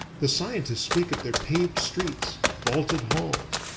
the scientists speak of their paved streets, vaulted halls,